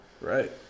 right